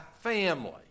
family